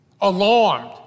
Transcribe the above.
Alarmed